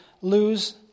lose